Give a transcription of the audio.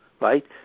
right